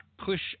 Push